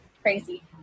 crazy